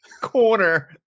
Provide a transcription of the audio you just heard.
Corner